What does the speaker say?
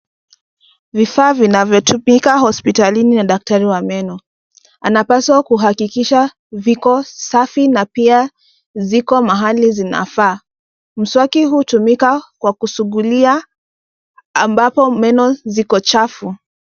Vifaa vinavyotumika hospitalini na daktari wa meno, anapaswa kuhakikisha viko safi na pia ziko mahali zinafaa. Mswaki hutumika kwa kusgulia ambapo meno ziko chafu.